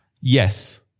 Yes